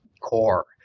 core